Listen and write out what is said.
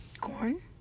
Corn